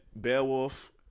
Beowulf